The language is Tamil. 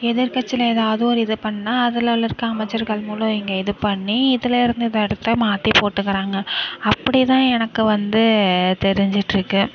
எதிர்கட்சியில எதாவது ஒரு இது பண்ணா அதிலலிருக்க அமைச்சர்கள் மூலம் இங்கே இது பண்ணி இதில் இருந்து இதை எடுத்து மாற்றி போட்டுக்கறாங்க அப்படி தான் எனக்கு வந்து தெரிஞ்சிட் இருக்கு